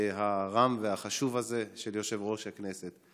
הרם והחשוב הזה של יושב-ראש הכנסת.